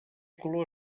color